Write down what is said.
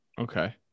Okay